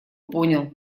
понял